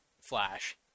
flash